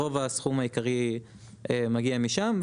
הסכום העיקרי מגיע משם.